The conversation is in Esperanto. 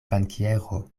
bankiero